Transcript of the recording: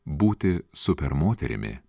būti super moterimi